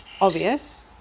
obvious